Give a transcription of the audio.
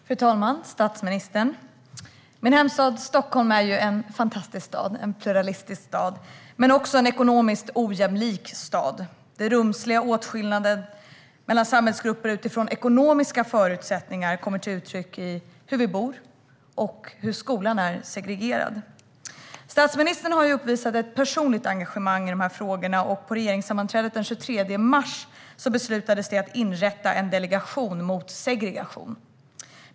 Fru talman! Statsministern! Min hemstad Stockholm är en fantastisk och pluralistisk stad men också en ekonomiskt ojämlik stad. Rumsliga åtskillnader mellan samhällsgrupper utifrån ekonomiska förutsättningar kommer till uttryck i hur vi bor och hur skolan är segregerad. Statsministern har uppvisat ett personligt engagemang i de här frågorna. På regeringssammanträdet den 23 mars beslutades det att inrätta en delegation mot segregation.